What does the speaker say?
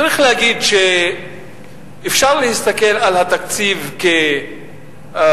צריך להגיד שאפשר להסתכל על התקציב כדבר,